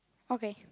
okay